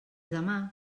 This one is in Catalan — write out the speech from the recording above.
demà